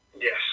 Yes